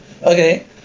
Okay